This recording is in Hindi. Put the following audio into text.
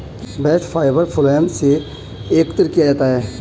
बास्ट फाइबर फ्लोएम से एकत्र किया जाता है